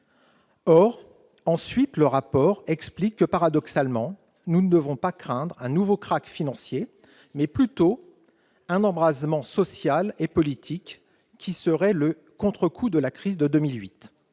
! Le rapport explique aussi que, paradoxalement, nous ne devrions pas craindre un nouveau krach financier, mais plutôt un embrasement social et politique, qui serait le contrecoup de la crise de 2008.